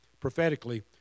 prophetically